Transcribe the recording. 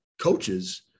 coaches